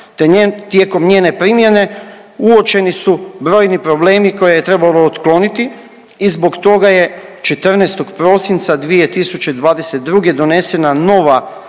tijekom njene primjene uočeni su brojni problemi koje je trebalo otkloniti i zbog toga je 14. prosinca 2022. donesena nova EU